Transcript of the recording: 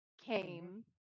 came